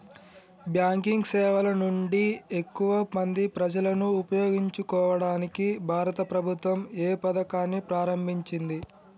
Banking సేవల నుండి ఎక్కువ మంది ప్రజలను ఉపయోగించుకోవడానికి భారత ప్రభుత్వం ఏ పథకాన్ని ప్రారంభించింది?